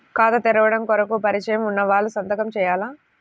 ఖాతా తెరవడం కొరకు పరిచయము వున్నవాళ్లు సంతకము చేయాలా?